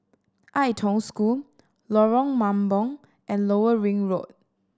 Ai Tong School Lorong Mambong and Lower Ring Road